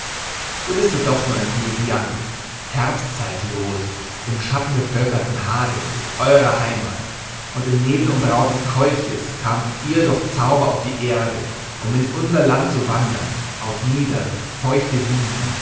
du bist ja doch nur ein komödiant herbstzeitlosen im schattenbevölkerten hades ist eure heimat und im nebelumbrauten kolchis kamt ihr durch zauber auf die erde um in unser land zu wandern auf niedere feuchte wiesen